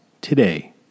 today